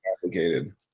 complicated